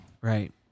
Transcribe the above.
Right